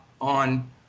on